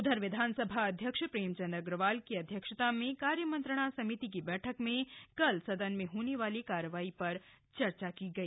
उधर विधानसभा अध्यक्ष प्रेमचंद अग्रवाल की अध्यक्षता में कार्य मंत्रणा समिति की बैठक में कल सदन में होने वाली कार्रवाई पर चर्चा की गई